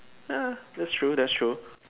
ya that's true that's true